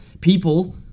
people